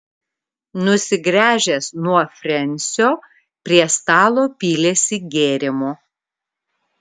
nusigręžęs nuo frensio prie stalo pylėsi gėrimo